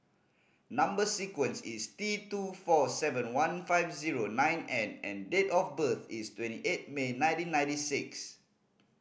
number sequence is T two four seven one five zero nine N and date of birth is twenty eight May nineteen ninety six